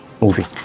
movie